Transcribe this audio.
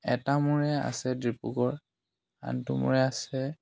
এটা মুৰে আছে ডিব্ৰুগড় আনটো মূৰে আছে